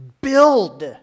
build